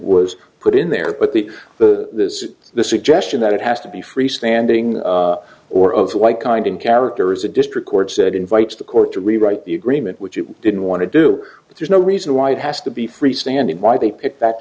was put in there but the the this is the suggestion that it has to be freestanding or of the white kind and character as a district court said invites the court to rewrite the agreement which you didn't want to do with there's no reason why it has to be freestanding why they picked that